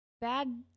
bad